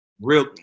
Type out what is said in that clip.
real